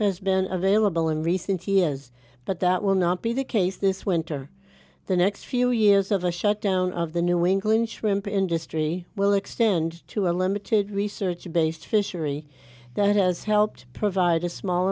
has been available in recent years but that will not be the case this winter the next few years of a shutdown of the new england shrimp industry will extend to a limited research based fishery that has helped provide a small